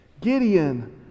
Gideon